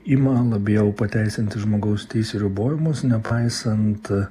ima labiau pateisinti žmogaus teisių ribojimus nepaisant